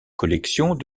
collections